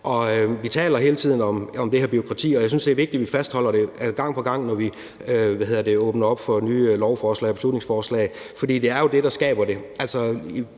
Vi taler hele tiden om det her bureaukrati, og jeg synes, det er vigtigt, at vi fastholder det gang på gang, når vi åbner op for nye lovforslag og beslutningsforslag, for det er jo det, der skaber det.